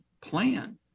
plan